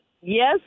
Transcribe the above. Yes